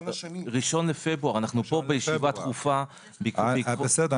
1.2.2023. אנחנו פה בישיבה דחופה בעקבות --- בסדר.